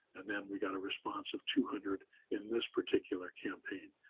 and then we got a response of two hundred in this particular campaign.